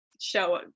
show